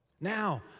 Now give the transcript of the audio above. Now